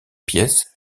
pièce